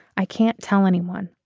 i can't tell anyone.